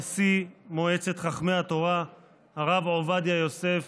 נשיא מועצת חכמי התורה הרב עובדיה יוסף,